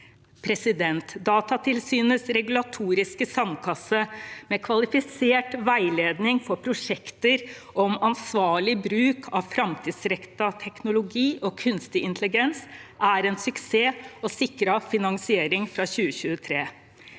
muskler. Datatilsynets regulatoriske sandkasse med kvalifisert veiledning for prosjekter om ansvarlig bruk av framtidsrettet teknologi og kunstig intelligens er en suksess og sikret finansiering fra 2023.